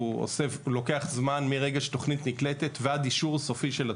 הוא לוקח זמן מרגע שתוכנית נקלטת ועד אישור סופי של התוכנית.